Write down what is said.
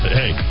hey